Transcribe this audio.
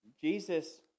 Jesus